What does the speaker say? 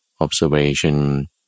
observation